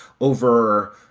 over